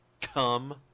come